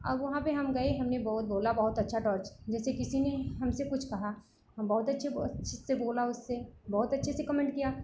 अब वहाँ पर हम गए हमने बहुत बोला बहुत अच्छा टॉर्च जैसे किसी ने हमसे कुछ कहा हम बहुत अच्छे अच्छे से बोला उससे बहुत अच्छे से कमेन्ट किया